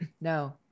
No